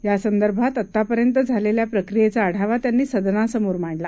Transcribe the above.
यासंदर्भात आतापर्यंत झालेल्या प्रक्रियेचा आढावा त्यांनी सदनासमोर मांडला